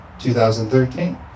2013